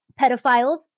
pedophiles